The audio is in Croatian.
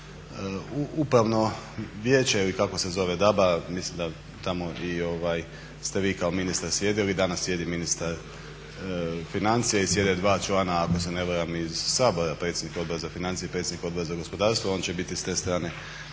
upravno vijeće ili kako se zove DAB-a. Mislim da tamo ste i vi kao ministar sjedili, danas sjedi ministar financija i sjede dva člana ako se ne varam iz Sabora, predsjednik Odbora za financije i predsjednik Odbora za gospodarstvo. On će biti s te strane